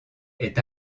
est